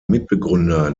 mitbegründer